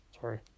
sorry